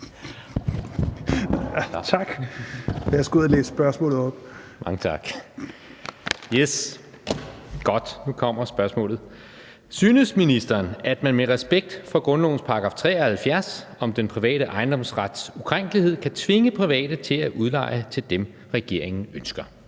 op. Kl. 16:36 Jan E. Jørgensen (V): Mange tak, og nu kommer spørgsmålet. Synes ministeren, at man med respekt for grundlovens § 73 om den private ejendomsrets ukrænkelighed kan tvinge private til at udleje til dem, regeringen ønsker?